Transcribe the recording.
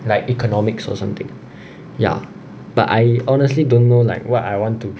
like economics or something ya but I honestly don't know like what I want to